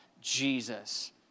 Jesus